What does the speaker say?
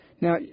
Now